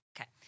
Okay